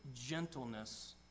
gentleness